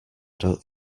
don’t